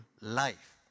life